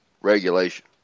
regulation